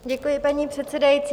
Děkuji, paní předsedající.